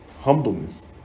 humbleness